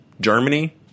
Germany